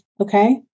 Okay